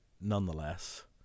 nonetheless